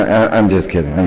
ah i'm just kidding.